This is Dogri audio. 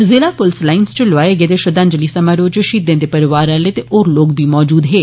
जिला प्रलस लाइन्ज च लोआए गेदे श्रद्वांजलि समारोह च शहीदे दे परिवार आले ते होर लोक बी मौजूद हे